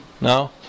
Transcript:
No